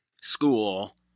school